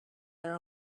their